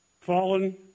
fallen